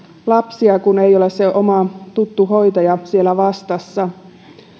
lapsia kun ei ole se oma tuttu hoitaja siellä vastassa